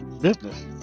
business